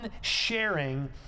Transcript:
sharing